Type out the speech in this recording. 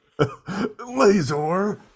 Lazor